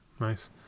nice